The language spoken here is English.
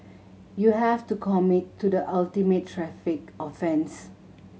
you have to committed to the ultimate traffic offence